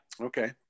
Okay